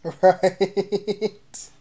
Right